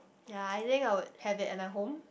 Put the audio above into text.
yea I think I would have it in at my home